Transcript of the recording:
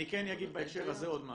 אני כן אגיד בהקשר הזה עוד משהו,